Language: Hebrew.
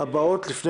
מבקש כי